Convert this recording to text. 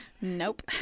Nope